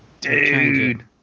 dude